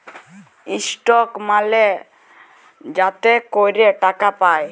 stock মালে যাতে ক্যরে টাকা পায়